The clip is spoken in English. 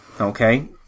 okay